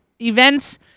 events